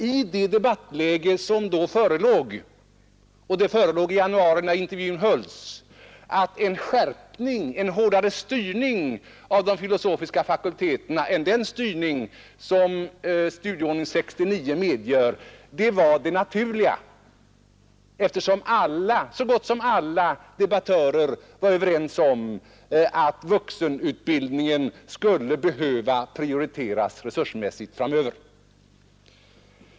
I det debattläge som då förelåg — alltså i januari — föreföll det mig naturligt med en hårdare styrning av de filosofiska fakulteterna än den som 1969 års studieordning medger. Jag fann detta naturligt, eftersom praktiskt taget alla debattörer var överens om att vuxenutbildningen framöver skulle behöva prioriteras resursmässigt.